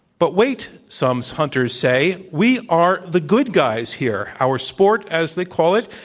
but wait, some hunters say, we are the good guys here. our sport, as they call it,